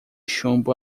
chumbo